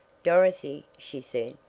dorothy, she said,